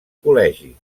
col·legi